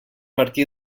martí